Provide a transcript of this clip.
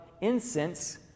incense